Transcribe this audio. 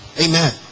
Amen